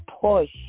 push